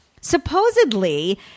Supposedly